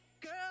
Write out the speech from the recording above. Girl